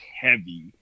heavy